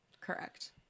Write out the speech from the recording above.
Correct